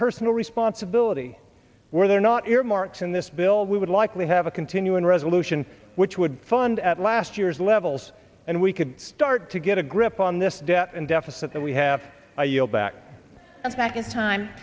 personal responsibility where they're not earmarks in this bill we would likely have a continuing resolution which would fund at last year's levels and we could start to get a grip on this debt and deficit that we have i yield back